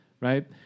right